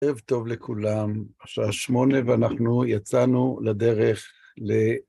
ערב טוב לכולם, שעה שמונה ואנחנו יצאנו לדרך ל...